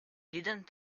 didn’t